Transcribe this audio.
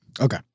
Okay